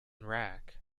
rack